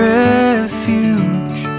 refuge